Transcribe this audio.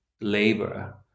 labor